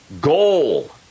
goal